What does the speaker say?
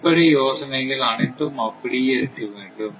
அடிப்படை யோசனைகள் அனைத்தும் அப்படியே இருக்க வேண்டும்